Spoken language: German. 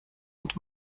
und